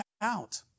out